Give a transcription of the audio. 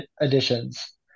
additions